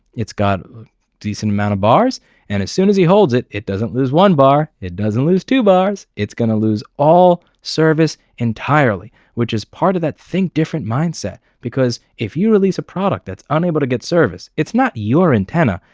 it's got a decent amount of bars and as soon as he holds it, it doesn't one bar, it doesn't lose two bars. it's gonna lose all service entirely, which is part of that think different! mindset. because if you release a product that's unable to get service. it's not your antenna!